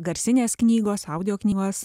garsinės knygos audio knygos